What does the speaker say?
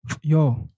Yo